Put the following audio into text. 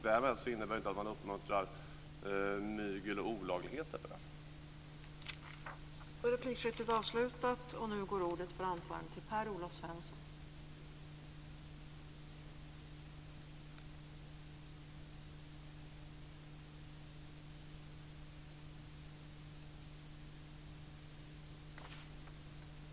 Det innebär inte att man uppmuntrar mygel och olagligheter för det.